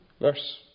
Verse